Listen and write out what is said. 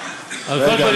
רגע,